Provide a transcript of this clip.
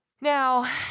Now